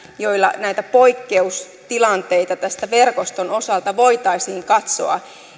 joilla näitä poikkeustilanteita tämän verkoston osalta voitaisiin katsoa